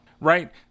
Right